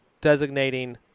designating